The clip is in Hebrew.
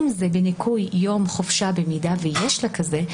אם זה בניכוי יום חופשה במידה ויש לה כזה,